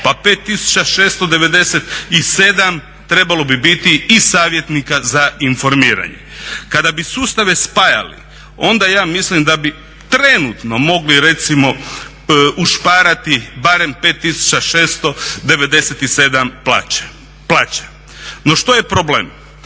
pa 5697 trebalo bi biti i savjetnika za informiranje. Kada bi sustave spajali onda ja mislim da bi trenutno mogli recimo ušparati barem 5697 plaća. No što je problem?